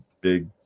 big